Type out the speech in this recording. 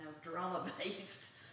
drama-based